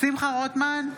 שמחה רוטמן,